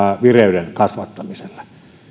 vireyden kasvattamiselle